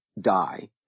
die